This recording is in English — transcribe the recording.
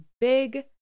big